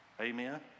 Amen